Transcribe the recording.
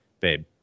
babe